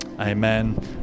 Amen